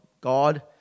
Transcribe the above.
God